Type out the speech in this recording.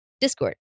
Discord